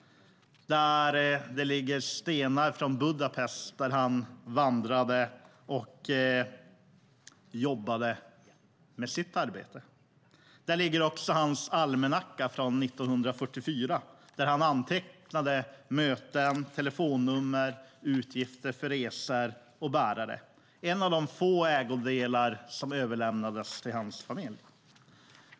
Där ligger det stenar från Budapest där han vandrade och bedrev sitt arbete. Där ligger också hans almanacka från 1944 där han antecknade möten, telefonnummer, utgifter för resor och bärare. Det var en av de få ägodelar som överlämnades till hans familj.